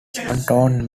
tone